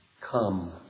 come